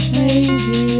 lazy